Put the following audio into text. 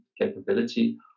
capability